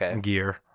gear